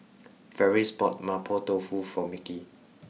Ferris bought Mapo Tofu for Mickie